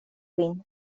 vin